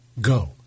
Go